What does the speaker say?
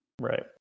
right